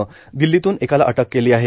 ने दिल्लीतून एकाला अटक केली आहे